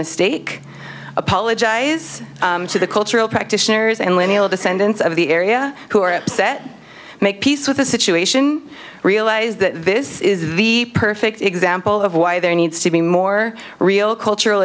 mistake apologize to the cultural practitioners and lineal descendant of the area who are upset make peace with the situation realize that this is the perfect example of why there needs to be more real cultural